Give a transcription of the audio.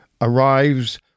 arrives